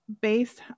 based